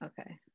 Okay